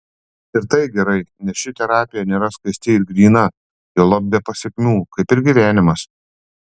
ir tai gerai nes ši terapija nėra skaisti ir gryna juolab be pasekmių kaip ir gyvenimas